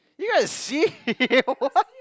you got C what